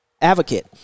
advocate